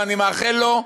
אני מאחל לו,